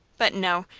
but no!